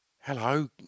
Hello